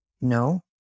No